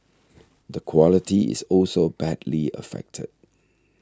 the quality is also badly affected